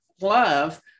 love